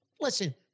listen